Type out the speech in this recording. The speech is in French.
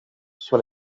sur